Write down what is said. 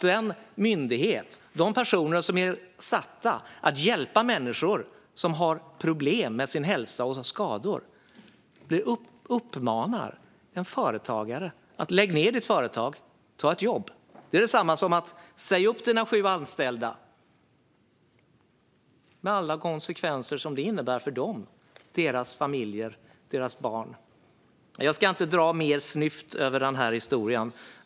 Den myndighet och de personer som är satta att hjälpa människor som har problem med sin hälsa och med skador uppmanar alltså en företagare att lägga ned sitt företag och ta ett jobb. Det är detsamma som att säga: Säg upp dina sju anställda, med alla konsekvenser som det innebär för dem, deras familjer och deras barn! Svar på interpellationer Jag ska inte dra mer snyft över den historien.